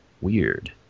Weird